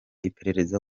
iperereza